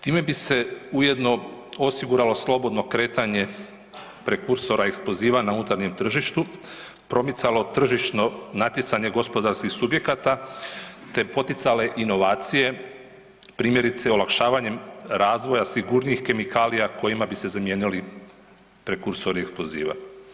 Time bi se ujedno osiguralo slobodno kretanje prekursora eksploziva na unutarnjem tržištu, promicalo tržišno natjecanje gospodarskih subjekata te poticale inovacije primjerice olakšavanjem razvoja sigurnijih kemikalija kojima bi se zamijenili prekursori eksploziva.